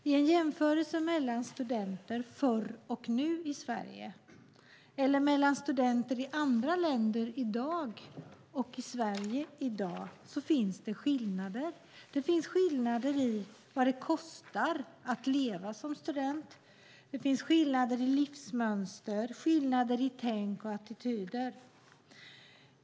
Vid en jämförelse mellan studenter i Sverige förr och nu eller mellan studenter i andra länder i dag och studenter i Sverige i dag finns det skillnader. Det finns skillnader i vad det kostar att leva som student. Det finns skillnader i livsmönster, tänk och attityder.